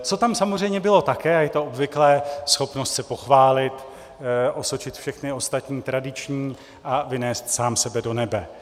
Co tam samozřejmě bylo také, a je to obvyklé, schopnost se pochválit, osočit všechny ostatní tradiční a vynést sám sebe do nebe.